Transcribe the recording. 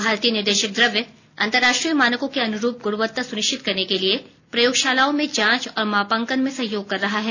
भारतीय निर्देशक द्रव्य अंतरराष्ट्रीय मानकों के अनुरूप ग्रणवत्ता सुनिश्चित करने के लिए प्रयोगशालाओं में जांच और मापांकन में सहयोग कर रहा है